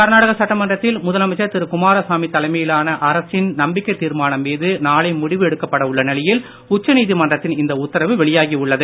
கர்நாடக சட்டமன்றத்தில் முதலமைச்சர் திரு குமாரசாமி தலைமையிலான அரசின் நம்பிக்கைத் தீர்மானம் மீது நாளை முடிவு எடுக்கப்பட உள்ள நிலையில் உச்ச நீதிமன்றத்தின் இந்த உத்தரவு வெளியாகி உள்ளது